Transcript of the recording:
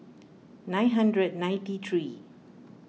nine hundred ninety three